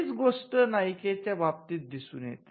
हीच गोष्ट नाईके च्या बाबतीतही दिसून येते